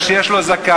מפני שיש לו זקן?